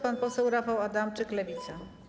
Pan poseł Rafał Adamczyk, Lewica.